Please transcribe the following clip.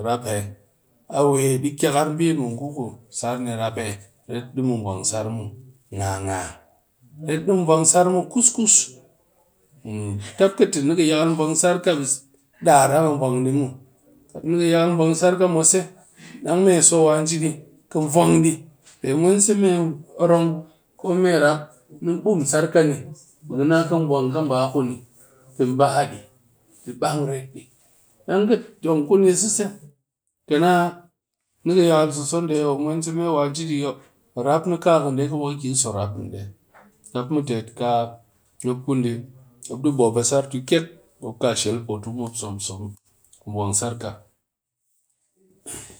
A wae ɗi kyar bɨ mu ngu ku sar ni rap ya? Ret de mu vwang sar mu ngaa-ngaa, ret de mu vwang sar kus-kus tap ka ti ni kayal vwang sar ka mwase, dar dang ka vwang muw, kat ni kɨ yakal vwang sar mwase dang me so wa ji di kɨ vwang dɨ, mwense me orong ko me rap ni bum sar ka ni bɨ ka na kə vwang kɨ bakuni ti ba dɨ, ti bang rat dɨ, dang ka tong kuni sese rap ni kakani ni kɨ yakal sobiso de mwense me rap ni kaka de̱'a kɨ ba kɨ so rap ni di, tap mɨ tet ka mop ku mop dɨ bwap sar tu keke mop son muw mu vwang sar ka.